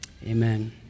Amen